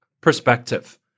perspective